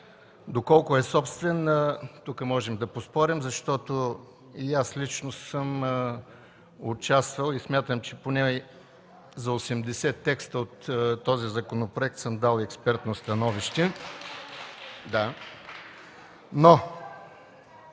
Доколко е собствен, тук можем да поспорим, защото и аз лично съм участвал, и смятам, че поне за 80 текста от този законопроект съм дал експертно становище.